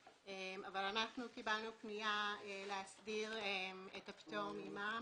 קיבלנו פנייה להסדיר את הפטור ממע"מ